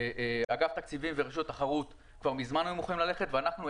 אגף התקציבים ורשות התחרות כבר מזמן היו מוכנים ללכת לזה ואנחנו,